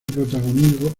protagónico